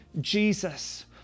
Jesus